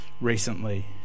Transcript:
Recently